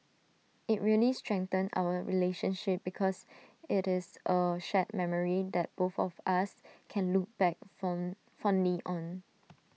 IT really strengthened our relationship because IT is A shared memory that both of us can look back fond fondly on